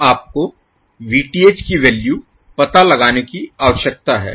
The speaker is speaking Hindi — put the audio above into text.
अब आपको Vth की वैल्यू पता लगाने की आवश्यकता है